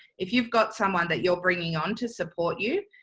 if you've got someone that you're bringing on to support you,